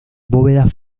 bóveda